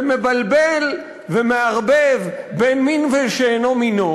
ומבלבל ומערבב מין בשאינו מינו